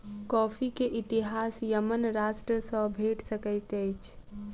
coffee के इतिहास Yemen राष्ट्र सॅ भेट सकैत अछि